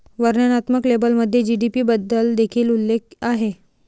वर्णनात्मक लेबलमध्ये जी.डी.पी बद्दल देखील उल्लेख आहे